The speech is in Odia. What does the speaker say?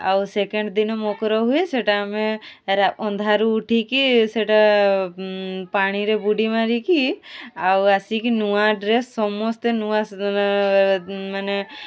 ଆଉ ସେକେଣ୍ଡ ଦିନ ମକର ହୁଏ ସେଟା ଆମେ ଅନ୍ଧାରୁ ଉଠିକି ସେଟା ପାଣିରେ ବୁଡ଼ି ମାରିକି ଆଉ ଆସିକି ନୂଆ ଡ୍ରେସ୍ ସମସ୍ତେ ନୂଆ ମାନେ